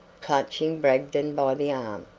clutching bragdon by the arm.